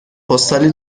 پستالی